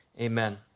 Amen